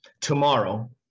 tomorrow